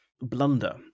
blunder